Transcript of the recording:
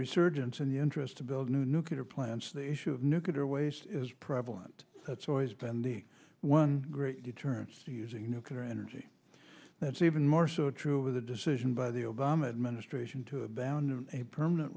resurgence and the interest to build new nuclear plants the issue of nuclear waste is prevalent that's always been the one great deterrence to using nuclear energy that's even more so true with the decision by the obama administration to abound in a permanent